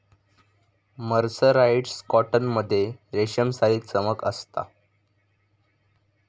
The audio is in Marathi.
मर्सराईस्ड कॉटन मध्ये रेशमसारी चमक असता